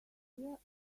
here